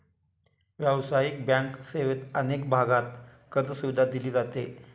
व्यावसायिक बँक सेवेत अनेक भागांत कर्जसुविधा दिली जाते